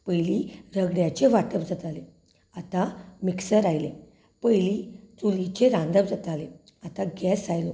पयलीं रगड्याचेर वांटप जातालें आतां मिक्सर आयले पयलीं चुलीचेर रांदप जातालें आतां गॅस आयलो